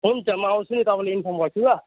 हुन्छ म आउँछु नि तपाईँलाई इन्फर्म गर्छु ल